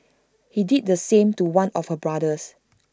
he did the same to one of her brothers